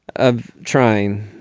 of trying.